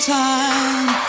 time